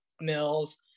Mills